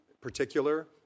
particular